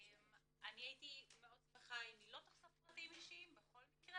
אני הייתי מאוד שמחה אם היא לא תחשוף פרטים אישיים בכל מקרה-